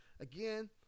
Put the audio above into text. Again